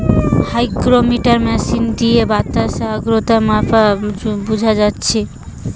hygrometer machine দিয়ে বাতাসের আদ্রতার মাত্রা বুঝা যাচ্ছে